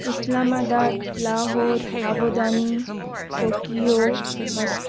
Islamabad Lahore Abu Dhabi Tokyo Moscow